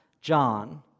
John